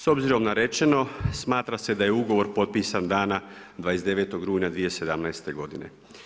S obzirom na rečeno, smatra se da je ugovor potpisan dana 29. rujna 2017. godine.